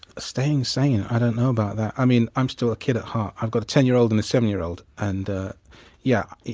staying sane i don't know about that. i mean i'm still a kid at heart. i've got a ten year old and a seven-year-old and yeah,